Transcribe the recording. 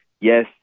yes